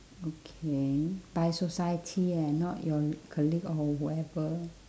okay by society eh not your colleague or whoever